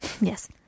Yes